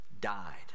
died